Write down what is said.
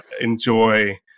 enjoy